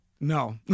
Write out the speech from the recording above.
no